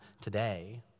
today